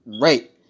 Right